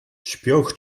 śpioch